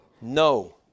No